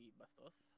bastos